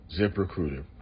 ZipRecruiter